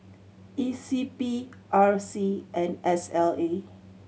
E C B R C and S L A